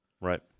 Right